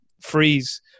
freeze